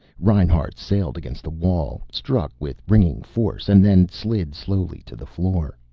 reinhart sailed against the wall, struck with ringing force and then slid slowly to the floor.